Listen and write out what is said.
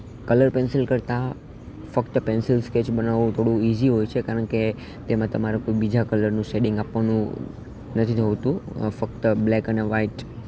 colour pencil કરતાં ફક્ત pencil sketch બનાવવું થોડું ઇઝી હોય છે કારણ કે તેમાં તમારે કોઈ બીજા કલરનું શેડિંગ આપવાનું નથી હોતું ફક્ત બ્લેક અને વાઇટ